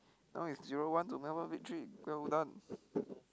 now is zero one to Melbourne-Victory done